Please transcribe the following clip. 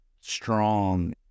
strong